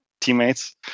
teammates